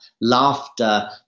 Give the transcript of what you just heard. Laughter